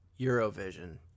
Eurovision